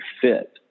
fit